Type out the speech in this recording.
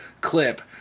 clip